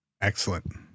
excellent